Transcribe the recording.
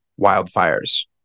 wildfires—